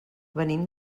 venim